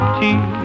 tea